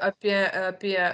apie apie